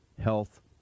health